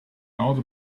also